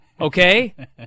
Okay